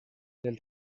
del